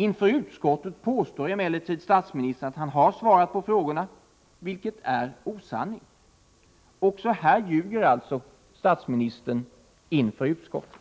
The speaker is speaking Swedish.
Inför utskottet påstår emellertid statsministern att han har svarat på frågorna, vilket är osanning. Också här ljuger alltså statsministern inför utskottet.